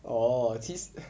orh 其实